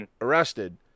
arrested